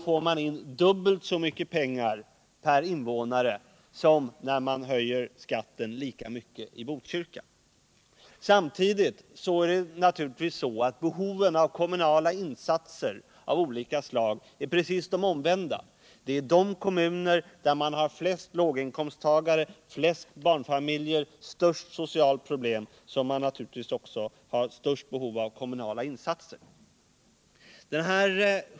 får man in dubbelt så mycket pengar per invånare som när man höjer skatten lika mycket i Botkyrka. Samtidigt är naturligtvis behovet av kommunala insatser av olika slag det precis omvända: de kommuner som har de flesta låginkomsttagarna, de flesta barnfamiljerna, de största sociala problemen har också störst behov av kommunala insatser.